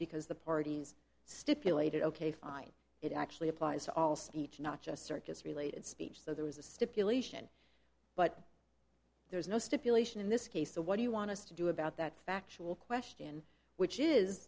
because the parties stipulated ok fine it actually applies to all speech not just circus related speech so there was a stipulation but there is no stipulation in this case so what do you want us to do about that factual question which is